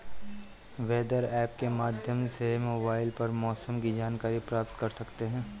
weather app के माध्यम से मोबाइल पर मौसम की जानकारी प्राप्त कर सकते हैं